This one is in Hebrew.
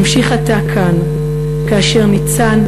ממשיך עתה כאן כאשר ניצן,